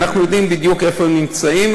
אנחנו יודעים בדיוק איפה הם נמצאים,